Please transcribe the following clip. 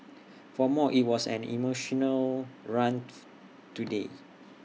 for more IT was an emotional run today